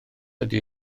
ydy